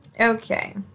Okay